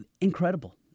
Incredible